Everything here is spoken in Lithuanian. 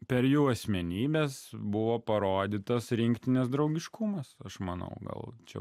per jų asmenybes buvo parodytas rinktinės draugiškumas aš manau gal čia